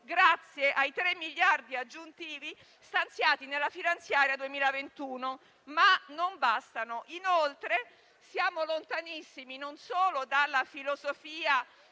grazie ai tre miliardi aggiuntivi stanziati nella finanziaria 2021, ma non bastano. Inoltre, siamo lontanissimi non solo dalla filosofia